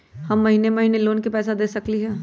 हम महिने महिने लोन के पैसा दे सकली ह?